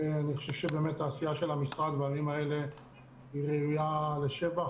אני חושב שהעשייה של המשרד בימים אלו ראויה לשבח.